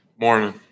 Morning